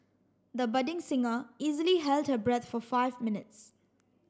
the budding singer easily held her breath for five minutes